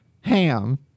ham